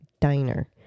Diner